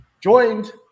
joined